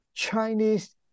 Chinese